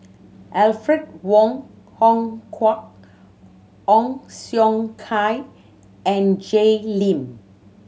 Alfred Wong Hong Kwok Ong Siong Kai and Jay Lim